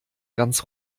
ganz